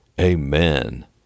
Amen